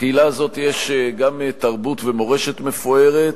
לקהילה הזאת יש גם תרבות ומורשת מפוארת,